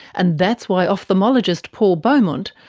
and that's why ophthalmologist paul beaumont,